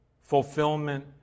fulfillment